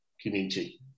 community